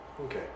Okay